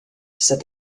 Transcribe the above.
said